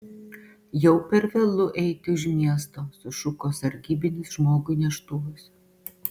jau per vėlu eiti už miesto sušuko sargybinis žmogui neštuvuose